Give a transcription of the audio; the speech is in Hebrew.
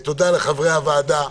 לחברי הוועדה